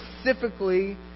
specifically